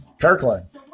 Kirkland